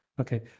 Okay